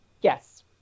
yes